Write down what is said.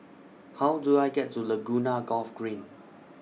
How Do I get to Laguna Golf Green